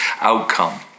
outcome